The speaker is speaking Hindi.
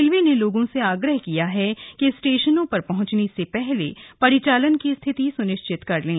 रेलवे ने लोगों से आग्रह किया है कि स्टेशनों पर पहुंचने से पहले परिचालन की स्थिति स्निश्चित कर लें